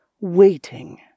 waiting